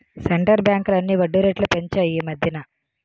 centre బ్యాంకులన్నీ వడ్డీ రేట్లు పెంచాయి ఈమధ్యన